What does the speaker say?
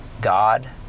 God